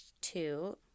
two